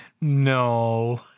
No